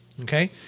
Okay